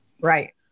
Right